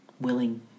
willing